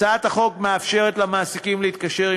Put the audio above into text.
הצעת החוק מאפשרת למעסיקים להתקשר עם